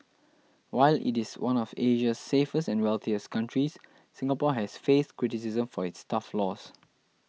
while it is one of Asia's safest and wealthiest countries Singapore has faced criticism for its tough laws